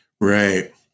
Right